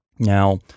Now